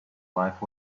life